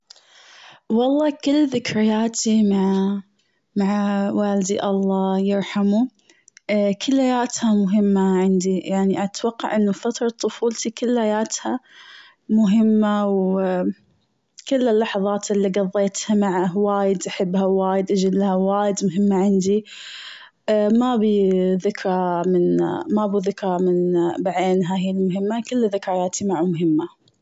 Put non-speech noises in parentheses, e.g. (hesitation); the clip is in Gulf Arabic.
والله كل ذكرياتي مع-مع والدي الله يرحمه (hesitation) كلياتها مهمة عندي، يعني اتوقع أنه فترة طفولتي كلياتها مهمة و (hesitation) كل اللحظات اللي قضيتها معه وايد أحبها وايد أجلّها وايد مهمة عندي (hesitation) ما ابي ذكرى من (hesitation) ما بو ذكرى من (hesitation) بعينها هي المهمة كل ذكرياتي معه مهمة.